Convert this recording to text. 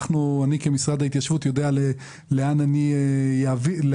כמשרד להתיישבות אני יודע לאן זה עובר.